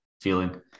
Feeling